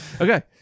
Okay